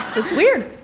it's weird